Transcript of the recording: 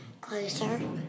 closer